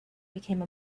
became